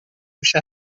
هوش